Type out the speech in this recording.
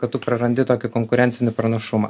kad tu prarandi tokį konkurencinį pranašumą